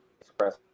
express